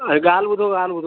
हे ॻाल्हि ॿुधो ॻाल्हि ॿुधो